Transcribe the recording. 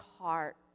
heart